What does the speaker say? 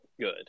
good